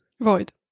void